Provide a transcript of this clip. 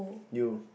you